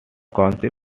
council